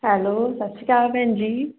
hello ਸਤਿ ਸ਼੍ਰੀ ਅਕਾਲ ਭੈਣ ਜੀ